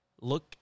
Look